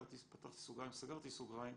פתחתי סוגריים וסגרתי סוגריים,